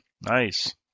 Nice